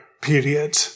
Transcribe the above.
period